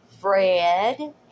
Fred